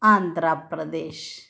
Andhra Pradesh